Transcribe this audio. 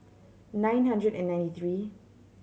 nine hundred and ninety three